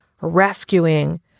rescuing